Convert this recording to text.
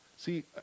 See